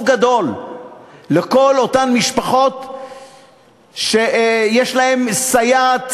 גדול לכל אותן משפחות שיש להן סייעת,